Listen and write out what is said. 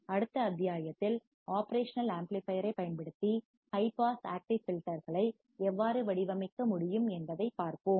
அடுத்த அத்தியாயத்தில் operational amplifier ஐப் பயன்படுத்தி ஹை பாஸ் ஆக்டிவ் ஃபில்டர்களை எவ்வாறு வடிவமைக்க முடியும் என்பதைப் பார்ப்போம்